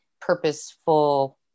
purposeful